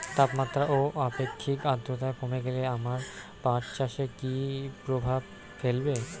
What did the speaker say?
তাপমাত্রা ও আপেক্ষিক আদ্রর্তা কমে গেলে আমার পাট চাষে কী প্রভাব ফেলবে?